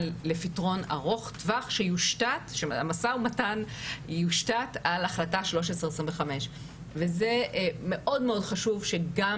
לפתרון ארוך טווח שיושתת על החלטה 1325. זה מאוד חשוב שגם